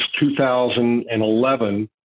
2011